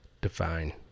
Define